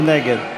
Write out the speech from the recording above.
מי נגד?